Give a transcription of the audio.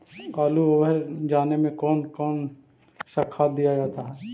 आलू ओवर जाने में कौन कौन सा खाद दिया जाता है?